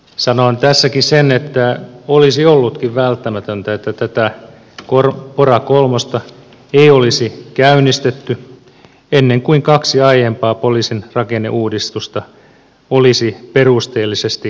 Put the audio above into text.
sanon tässäkin sen että olisi ollutkin välttämätöntä että tätä pora kolmosta ei olisi käynnistetty ennen kuin kaksi aiempaa poliisin rakenneuudistusta olisi perusteellisesti arvioitu